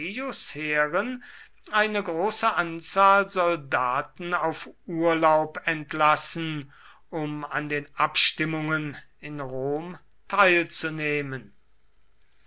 eine große anzahl soldaten auf urlaub entlassen um an den abstimmungen in rom teilzunehmen